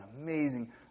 amazing